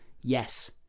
yes